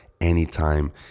anytime